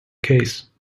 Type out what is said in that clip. case